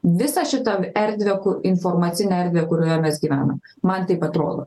visą šitą erdvę ku kur informacinę erdvę kurioje mes gyvenam man taip atrodo